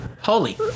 Holy